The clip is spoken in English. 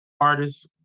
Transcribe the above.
artists